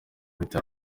bitaro